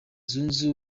zunze